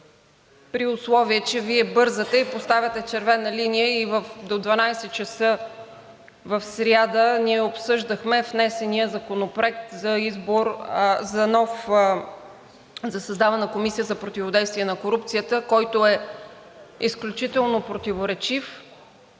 при условие че Вие бързате и поставяте червена линия и до 12,00 ч. в сряда?! Ние обсъждахме внесения законопроект за създаване на Комисия за противодействие на корупцията, който е изключително противоречив,